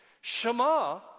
Shema